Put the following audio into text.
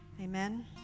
Amen